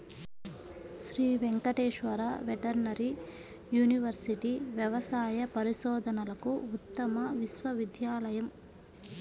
Shri Venkateswara veterinary university వ్యవసాయ పరిశోధనలకు ఉత్తమ విశ్వవిద్యాలయం